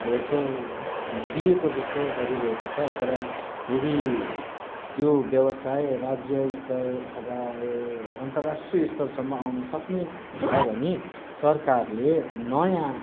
धेर थोर दिएको जस्तो गरिरहेको छ तर यदि त्यो व्यवसाय राज्यस्तर अथवा यो अन्तराष्ट्रिय स्तरसम्म आउन सक्ने छ भने सरकारले नयाँ